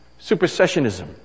Supersessionism